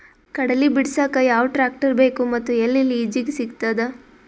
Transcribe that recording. ಕಡಲಿ ಬಿಡಸಕ್ ಯಾವ ಟ್ರ್ಯಾಕ್ಟರ್ ಬೇಕು ಮತ್ತು ಎಲ್ಲಿ ಲಿಜೀಗ ಸಿಗತದ?